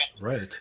Right